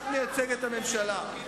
את מייצגת את הממשלה.